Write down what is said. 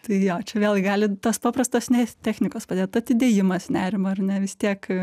tai jo čia vėl gali tas paprastas ne technikos padėt atidėjimas nerimo ar ne vis tiek